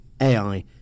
AI